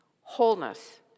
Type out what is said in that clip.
wholeness